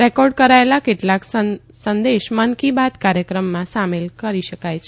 record કરાયેલા કેટલાંક સંદેશ મન કી બાત કાર્યક્રમમાં સામેલ કરી શકાય છે